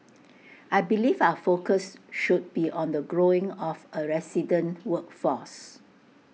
I believe our focus should be on the growing of A resident workforce